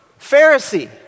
Pharisee